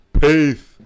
peace